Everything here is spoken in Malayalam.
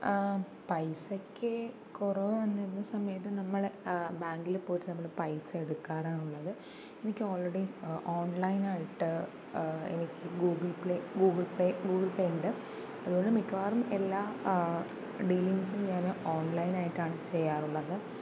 പൈസയ്ക്ക് കുറവ് വന്നിരുന്ന സമയത്ത് നമ്മൾ ബാങ്കിൽ പോയിട്ട് നമ്മൾ പൈസ എടുക്കാറാണുള്ളത് എനിക്ക് ഓൾറെഡി ഓൺലൈനായിട്ട് എനിക്ക് Google Play Google Pay Google Pay ഉണ്ട് അതുകൊണ്ട് മിക്കവാറും എല്ലാ ഡീലിങ്ങ്സും ഞാൻ ഓൺലൈനായിട്ടാണ് ചെയ്യാറുള്ളത്